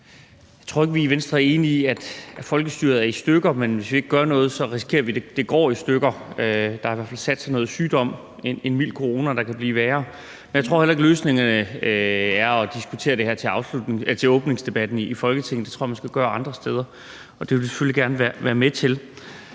ikke tror, at vi i Venstre er enige i, at folkestyret er gået i stykker; men hvis vi ikke gør noget, risikerer vi, at det går i stykker. Der har i hvert fald sat sig noget sygdom, en mild corona, der kan blive værre. Og jeg tror heller ikke, at løsningen er at diskutere det her ved åbningsdebatten i Folketinget – det tror jeg skal gøres andre steder, og det vil vi selvfølgelig gerne være med til.